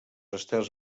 estels